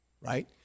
right